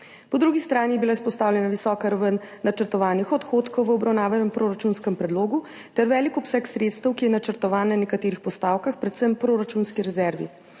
Po drugi strani je bila izpostavljena visoka raven načrtovanih odhodkov v obravnavanem proračunskem predlogu ter velik obseg sredstev, ki je načrtovan na nekaterih postavkah, predvsem proračunski rezervi.